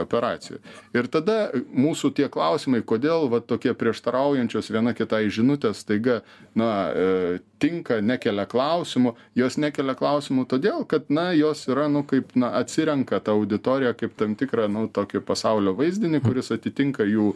operacijoj ir tada mūsų tie klausimai kodėl va tokie prieštaraujančios viena kitai žinutės staiga na tinka nekelia klausimų jos nekelia klausimų todėl kad na jos yra nu kaip na atsirenka tą auditoriją kaip tam tikrą nu tokį pasaulio vaizdinį kuris atitinka jų